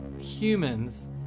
humans